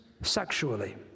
sexually